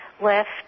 left